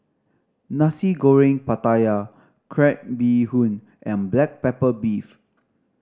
Nasi Goreng Pattaya crab bee hoon and black pepper beef